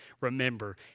Remember